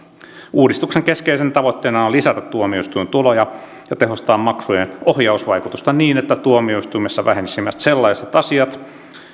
uudistuksen keskeisenä tavoitteena on lisätä tuomioistuintuloja ja tehostaa maksujen ohjausvaikutusta niin että tuomioistuimissa vähenisivät sellaiset asiat